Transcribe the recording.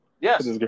Yes